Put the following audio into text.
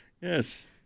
Yes